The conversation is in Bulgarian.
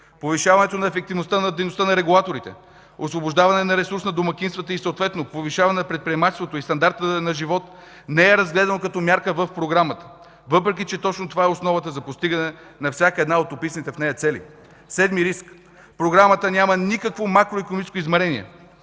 Повишаването на ефективността на дейността на регулаторите, освобождаване на ресурс на домакинствата и съответно повишаване на предприемачеството и стандарта на живот не е разгледано като мярка в програмата, въпреки че точно това е основата за постигане на всяка една от описаните в нея цели. Седми риск: Програма няма никакво макроикономическо измерение